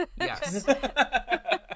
yes